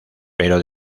pero